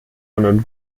einen